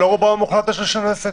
לא לרובם המוחלט יש רישיון עסק.